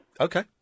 Okay